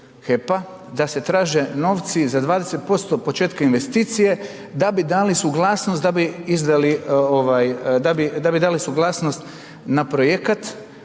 da se traže novci za 20% početka investicije da bi dali suglasnost da bi